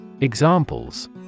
Examples